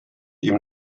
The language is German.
ihm